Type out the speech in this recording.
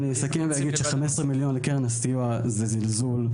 אסכם ואגיד ש-15 מיליון לקרן הסיוע זה זלזול,